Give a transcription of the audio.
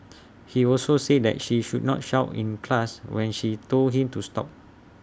he also said that she should not shout in class when she told him to stop